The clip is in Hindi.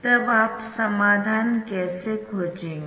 तब आप समाधान कैसे खोजेंगे